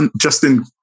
Justin